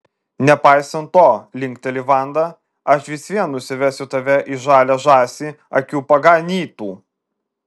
nepaisant to linkteli vanda aš vis vien nusivesiu tave į žalią žąsį akių paganytų